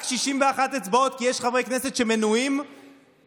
רק 61 אצבעות, כי יש חברי כנסת שמנועים מלהצביע.